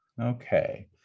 Okay